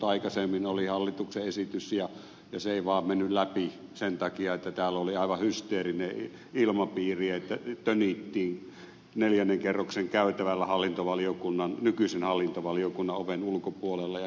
aikaisemmin oli hallituksen esitys mutta se ei vaan mennyt läpi sen takia että täällä oli aivan hysteerinen ilmapiiri tönittiin neljännen kerroksen käytävällä nykyisen hallintovaliokunnan oven ulkopuolella jnp